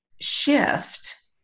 shift